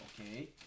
okay